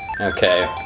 Okay